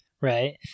Right